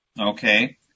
Okay